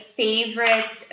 favorite